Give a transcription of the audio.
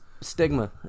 stigma